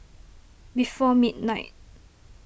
before midnight